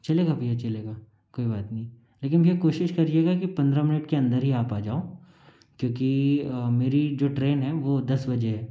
चलेगा भईया चलेगा कोई बात नहीं लेकिन भईया कोशिश करिएगा कि पंद्रह मिनट के अंदर ही आप आ जाओ क्योंकि मेरी जो ट्रेन है वह दस बजे है